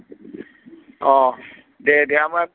औ दे दे ओमफ्राय